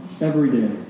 everyday